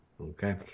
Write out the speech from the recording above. Okay